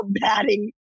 batting